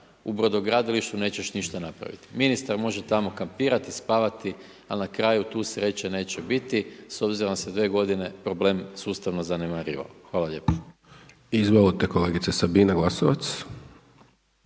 u brodogradilištu, nećeš ništa napraviti. Ministar može tamo kampirati i spavati, ali na kraju tu sreće neće biti s obzirom da se 2 g. problem sustavno zanemarivao. Hvala lijepo. **Hajdaš Dončić, Siniša